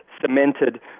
cemented